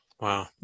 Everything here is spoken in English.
wow